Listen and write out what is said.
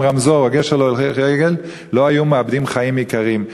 רמזור או גשר להולכי רגל לא היו מאבדים שם חיים יקרים.